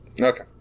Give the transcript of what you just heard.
Okay